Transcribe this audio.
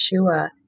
Yeshua